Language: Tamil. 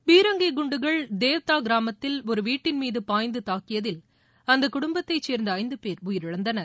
பீரங்கி குண்டுகள் தேவ்தா கிராமத்தில் ஒரு வீட்டின் மீது பாய்ந்து தாக்கியதில் அந்தக் குடும்பத்தைச் சேர்ந்த ஐந்து பேர் உயிரிழந்தனர்